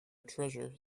treasure